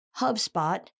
HubSpot